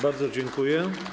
Bardzo dziękuję.